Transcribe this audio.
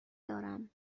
دارم